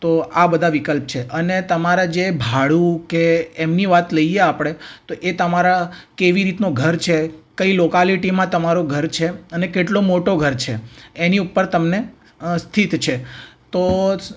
તો આ બધા વિકલ્પ છે અને તમારે જે ભાડું કે એમની વાત લઈએ આપણે તો એ તમારા કેવી રીતનું ઘર છે કઈ લોકાલિટીમાં તમારું ઘર છે અને કેટલો મોટો ઘર છે એની ઉપર તમને સ્થિત છે તો